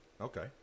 Okay